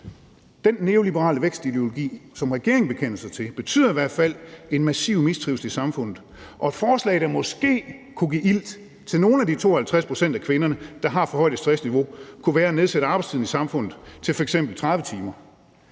Den neoliberale vækstideologi, som regeringen bekender sig til, betyder i hvert fald en massiv mistrivsel i samfundet, og et forslag, der måske kunne give ilt til nogle af de 52 pct. af kvinderne, der har for højt et stressniveau, kunne være at nedsætte arbejdstiden i samfundet til f.eks. 30 timer.